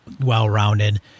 well-rounded